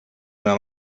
una